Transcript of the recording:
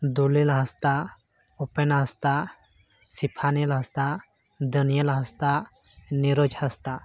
Dulil Hansda Upen Hansda Siphanel Hansda Daniel Hansda Niroj Hansda